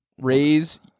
Raise